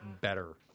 better